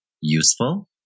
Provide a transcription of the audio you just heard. useful